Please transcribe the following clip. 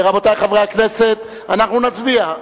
רבותי חברי הכנסת, אנחנו נצביע.